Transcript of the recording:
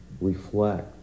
reflect